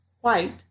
white